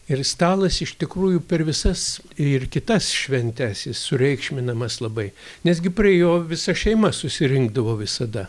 ir stalas iš tikrųjų per visas ir kitas šventes jis sureikšminamas labai nes gi prie jo visa šeima susirinkdavo visada